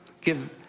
give